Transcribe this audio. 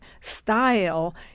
style